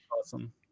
Awesome